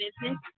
Business